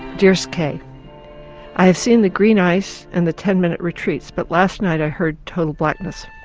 dearest kay i have seen the green ice and the ten minute retreats but last night i heard total blackness.